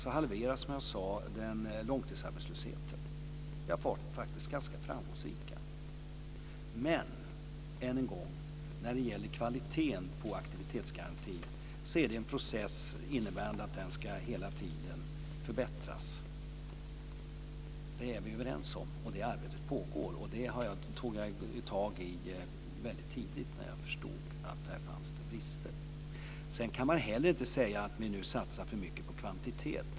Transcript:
Som jag sade har vi lyckats halvera långtidsarbetslösheten. Vi har faktiskt varit ganska framgångsrika. Men än en gång vill jag säga att när det gäller kvaliteten på aktivitetsgarantin så är det en process som innebär att den hela tiden ska förbättras. Det är vi överens om, och det arbetet pågår. Det tog jag tag i väldigt tidigt, när jag förstod att där fanns det brister. Man kan inte säga att vi satsar för mycket på kvantitet.